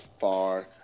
far